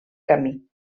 camí